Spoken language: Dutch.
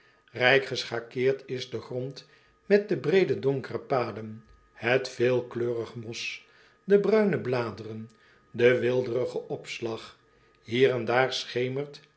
rijk geschakeerd is de grond met de breede donkere paden het veelkleurig mos de bruine bladeren den weelderigen opslag hier en daar schemert